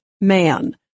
man